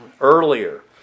earlier